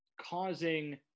causing